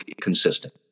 consistent